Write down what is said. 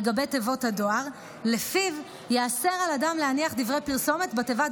גבי תיבות הדואר שלפיו ייאסר על אדם להניח דברי פרסומת בתיבת